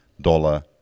dollar